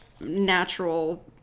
natural